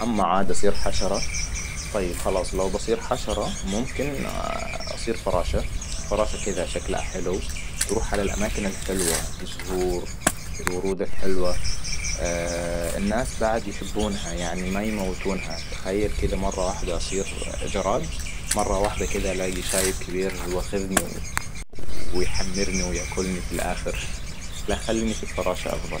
اما عاد اصير حشرة طيب خلاص لو بصير حشرة ممكن اصير فراشة. فراشة كذا شكلها حلو تروح على الأماكن الحلوة زهور, الورود الحلوة. الناس بعد يحبونها يعني ما يموتونها تخيل كذا مرة وحدة اصير جراد مرة واحده كده الاقي شايب كبير واخدني ويحمرني وياكلني في الأخر. لا خليني في الفراشة افضل